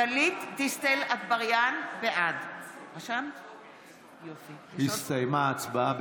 גלית דיסטל אטבריאן, בעד הסתיימה ההצבעה.